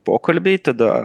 pokalbiai tada